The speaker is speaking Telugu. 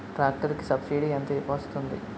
ట్రాక్టర్ కి సబ్సిడీ ఎంత వస్తుంది?